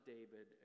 David